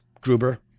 Gruber